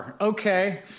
Okay